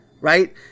right